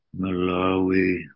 Malawi